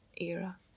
era